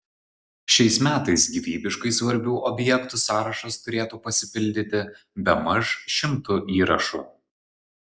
šiais metais gyvybiškai svarbių objektų sąrašas turėtų pasipildyti bemaž šimtu įrašų